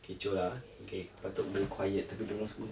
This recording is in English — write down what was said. kecoh lah okay patut boleh quiet tapi dorang semua